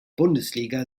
bundesliga